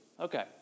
okay